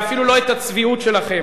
ואפילו לא את הצביעות שלכם.